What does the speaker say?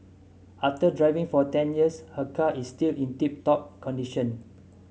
after driving for ten years her car is still in tip top condition